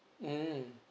mm